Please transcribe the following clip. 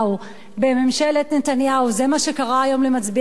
זה מה שקרה היום למצביעי קדימה.